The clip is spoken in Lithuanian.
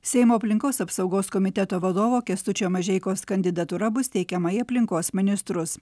seimo aplinkos apsaugos komiteto vadovo kęstučio mažeikos kandidatūra bus teikiama į aplinkos ministrus